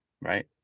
Right